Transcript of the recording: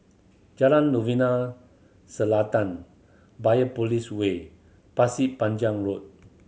Jalan Novena Selatan Biopolis Way Pasir Panjang Road